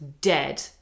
dead